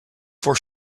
for